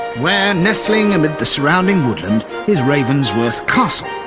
where nestling amid the surrounding woodland is ravensworth castle,